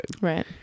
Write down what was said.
Right